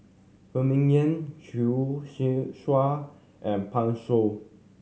Phan Ming Yen Choor Singh and Pan Shou